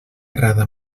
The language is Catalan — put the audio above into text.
errada